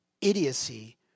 idiocy